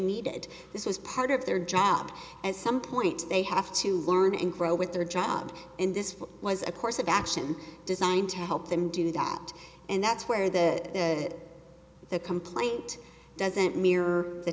needed this was part of their job at some point they have to learn and grow with their job and this was a course of action designed to help them do that and that's where the the complaint doesn't mirror the